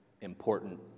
important